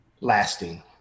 Lasting